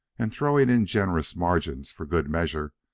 and throwing in generous margins for good measure,